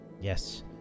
Yes